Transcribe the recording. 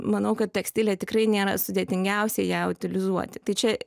manau kad tekstilė tikrai nėra sudėtingiausia ją utilizuoti tai čia